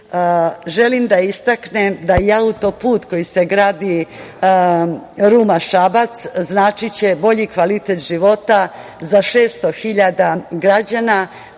da istaknem da autoput koji se gradi Ruma-Šabac značiće bolji kvalitet života za 600 hiljada građana.